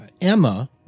Emma